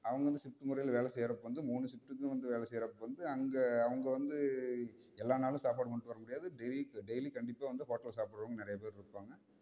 அவங்க வந்து ஷிஃப்ட்டு முறையில் வேலை செய்கிறதுக்கு வந்து மூணு ஷிஃப்ட்டுக்கும் வந்து வேலை செய்கிறப்ப வந்து அங்கே அவங்க வந்து எல்லா நாளும் சாப்பாடு கொண்டு வர முடியாது டெய்லிக்கு டெய்லி கண்டிப்பாக வந்து ஹோட்டலில் சாப்பிட்றவங்க நிறையா பேர் இருப்பாங்க